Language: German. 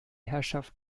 herrschaft